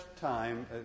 time